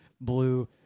blue